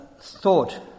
thought